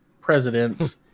presidents